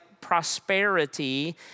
prosperity